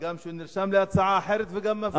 שהוא גם נרשם להצעה אחרת וגם מפריע.